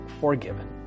forgiven